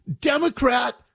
Democrat